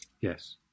yes